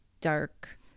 dark